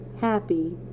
Happy